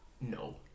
no